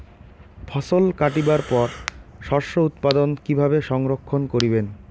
ফছল কাটিবার পর শস্য উৎপাদন কিভাবে সংরক্ষণ করিবেন?